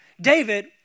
David